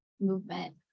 movement